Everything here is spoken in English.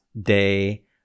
day